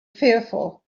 fearful